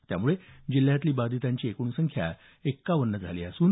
त्यामुळे जिल्ह्यातली बाधितांची एकूण संख्या एक्कावन्न झाली असून